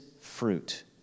fruit